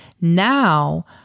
Now